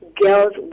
girls